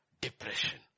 depression